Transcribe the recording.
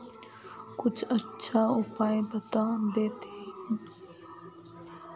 कुछ अच्छा उपाय बता देतहिन?